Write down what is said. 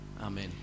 Amen